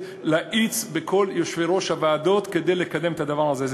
להאיץ בכל יושבי-ראש הוועדות כדי לקדם את הדבר הזה.